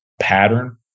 pattern